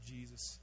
Jesus